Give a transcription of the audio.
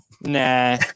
Nah